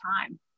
time